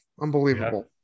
Unbelievable